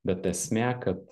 bet esmė kad